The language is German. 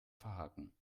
verhaken